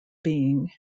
being